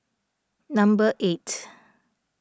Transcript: number eight